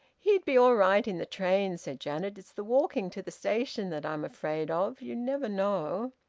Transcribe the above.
he'd be all right in the train, said janet. it's the walking to the station that i'm afraid of. you never know.